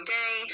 day